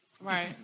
Right